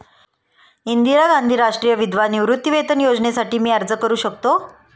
इंदिरा गांधी राष्ट्रीय विधवा निवृत्तीवेतन योजनेसाठी मी अर्ज करू शकतो?